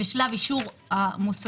שבשלב אישור המוסדות,